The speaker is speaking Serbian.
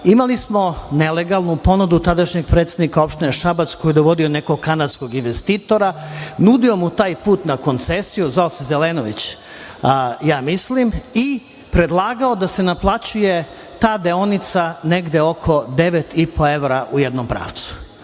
imali smo nelegalnu ponudu tadašnjeg predsednika opštine Šabac koji je dovodio nekog kanadskog investitora, nudio mu taj put na koncesiju, zvao se Zelenović, mislim, i predlagao da se naplaćuje ta deonica negde oko 9,5 evra u jednom pravcu.